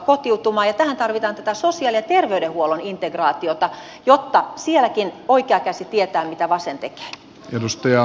tähän tarvitaan tätä sosiaali ja terveydenhuollon integraatiota jotta sielläkin oikea käsi tietää mitä vasen tekee